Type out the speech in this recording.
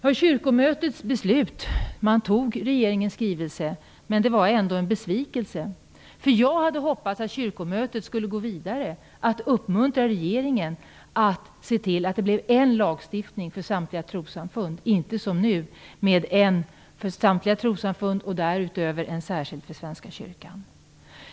Kyrkomötet beslutade att anta regeringens skrivelse, men det var ändå en besvikelse. Jag hade hoppats att Kyrkomötet skulle gå vidare och uppmuntra regeringen att se till att det blir en enda lagstiftning för samtliga trossamfund och inte som nu en lagstiftning för samtliga trossamfund och därutöver en särskild för Svenska kyrkan.